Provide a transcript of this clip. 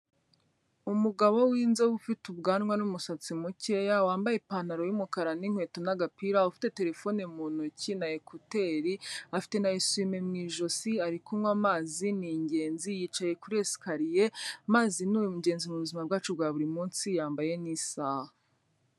Umugabo w'inzovu ufite ubwanwa n'umusatsi mukeya, wambaye ipantaro y'umukara n'inkweto n'agapira, ufite telefone mu ntoki na ekuteri, afite na esime mu ijosi, ari kunywa amazi ni ingenzi, yicaye kuri esikariye, amazi ni ingenzi mu buzima bwacu bwa buri munsi yambaye n'isaha.